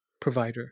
provider